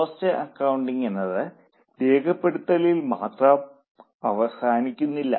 cost accounting എന്നത് രേഖപ്പെടുത്തുന്നതിൽ മാത്രം അവസാനിക്കുന്നില്ല